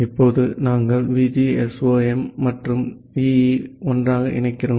எனவே நாங்கள் VGSOM மற்றும் EE ஐ ஒன்றாக இணைக்கிறோம்